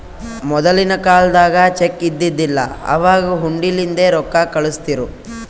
ಮೊದಲಿನ ಕಾಲ್ದಾಗ ಚೆಕ್ ಇದ್ದಿದಿಲ್ಲ, ಅವಾಗ್ ಹುಂಡಿಲಿಂದೇ ರೊಕ್ಕಾ ಕಳುಸ್ತಿರು